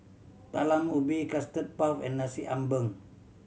Talam Ubi Custard Puff and Nasi Ambeng